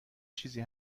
چیزی